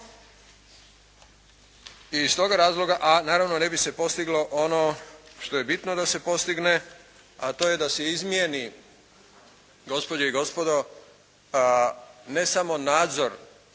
Iz toga razloga, a naravno ne bi se postiglo ono što je bitno da se postigne, a to je da se izmijeni, gospođe i gospodo, ne samo nadzor